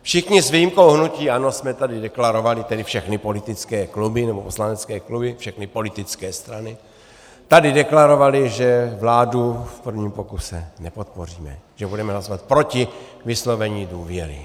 Všichni, s výjimkou hnutí ANO, jsme tady deklarovali, tedy všechny politické kluby nebo poslanecké kluby, všechny politické strany tady deklarovaly, že vládu v prvním pokusu nepodpoříme, že budeme hlasovat proti vyslovení důvěry.